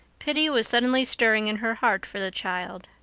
pity was suddenly stirring in her heart for the child.